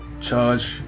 charge